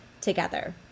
together